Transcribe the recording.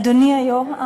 אדוני היושב-ראש,